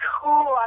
cool